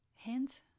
Hint